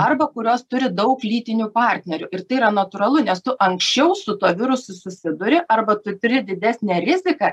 arba kurios turi daug lytinių partnerių ir tai yra natūralu nes tu anksčiau su tuo virusu susiduri arba turi didesnę riziką